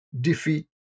defeat